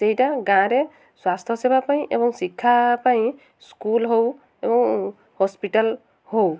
ସେଇଟା ଗାଁ'ରେ ସ୍ୱାସ୍ଥ୍ୟ ସେବା ପାଇଁ ଏବଂ ଶିକ୍ଷା ପାଇଁ ସ୍କୁଲ୍ ହେଉ ଏବଂ ହସ୍ପିଟାଲ୍ ହେଉ